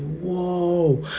whoa